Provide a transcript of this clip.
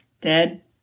dead